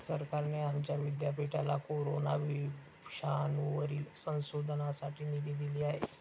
सरकारने आमच्या विद्यापीठाला कोरोना विषाणूवरील संशोधनासाठी निधी दिला आहे